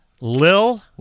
Lil